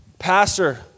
Pastor